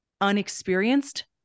unexperienced